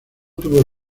tuvo